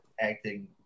acting